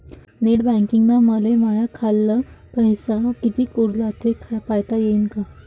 Net बँकिंगनं मले माह्या खाल्ल पैसा कितीक उरला थे पायता यीन काय?